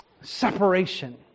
separation